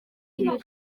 gihe